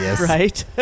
right